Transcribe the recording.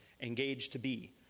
engaged-to-be